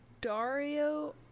Dario